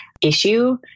issue